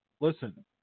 Listen